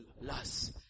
lust